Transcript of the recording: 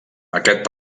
aquest